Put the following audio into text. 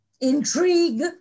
intrigue